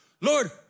Lord